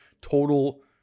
total